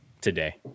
Today